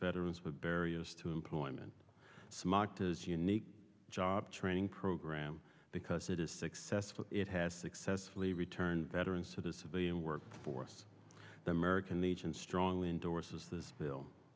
veterans with various to employment smocked is unique job earning program because it is successful it has successfully returned veterans to the civilian work force them american legion strongly endorses this bill